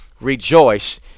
Rejoice